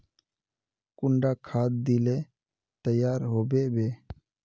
कुंडा खाद दिले तैयार होबे बे?